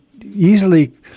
easily